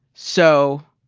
so,